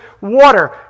water